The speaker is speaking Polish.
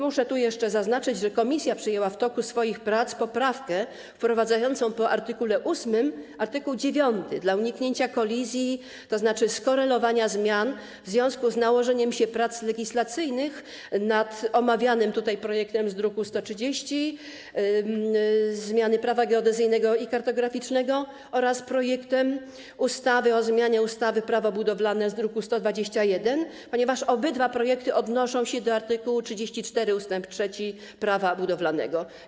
Muszę tu jeszcze zaznaczyć, że komisja przyjęła w toku swoich prac poprawkę wprowadzającą po art. 8 art. 9 dla uniknięcia kolizji, tzn. skorelowania zmian w związku z nałożeniem się prac legislacyjnych nad omawianym tutaj projektem z druku nr 130 zmiany - Prawa geodezyjnego i kartograficznego oraz projektem ustawy o zmianie ustawy - Prawo budowlane z druku nr 121, ponieważ obydwa projekty odnoszą się do art. 34 ust. 3 - Prawa budowlanego.